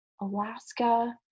Alaska